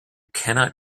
cannot